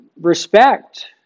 respect